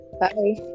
bye